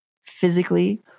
physically